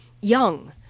young